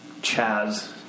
Chaz